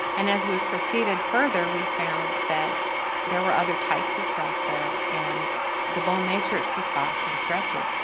and as we proceeded further we found that there were other types of cells there and the bone matrix was soft and stretchy,